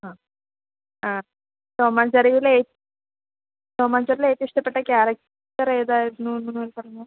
അ ആ Tom and ജെറിയിലെ Tom and ജെറിയിലെ ഏറ്റവും ഇഷ്ടപ്പെട്ട ക്യാരക്ടർ ഏതായിരുന്നു എന്ന് പറഞ്ഞേ